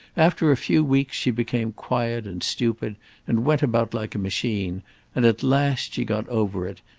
after a few weeks she became quiet and stupid and went about like a machine and at last she got over it,